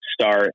start